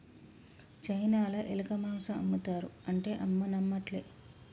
చైనాల ఎలక మాంసం ఆమ్ముతారు అంటే అమ్మ నమ్మట్లే